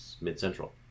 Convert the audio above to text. mid-central